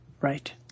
Right